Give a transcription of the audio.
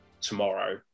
tomorrow